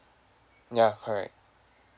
ya correct